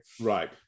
Right